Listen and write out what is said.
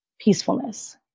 peacefulness